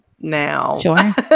now